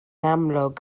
amlwg